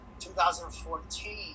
2014